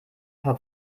paar